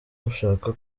rushaka